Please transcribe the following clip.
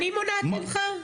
אני מונעת ממך?